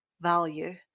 value